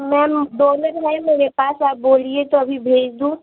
ma'am donor है मेरे पास आप बोलिए तो अभी भेज दूँ